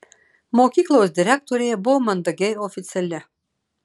mokyklos direktorė buvo mandagiai oficiali